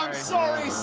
sorry, see